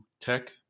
tech